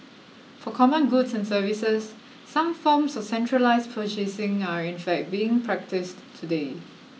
for common goods and services some forms of centralised purchasing are in fact being practised today